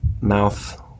mouth